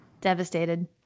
Devastated